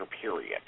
period